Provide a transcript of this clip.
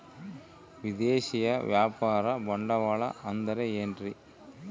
ವಿದೇಶಿಯ ವ್ಯಾಪಾರ ಬಂಡವಾಳ ಅಂದರೆ ಏನ್ರಿ?